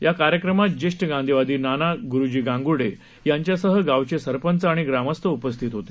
या कार्यक्रमात जेष्ठ गांधीवादी नाना गुरुजी गांगर्डे यांच्यासह गावचे सरपंच आणि ग्रामस्थ उपस्थित होते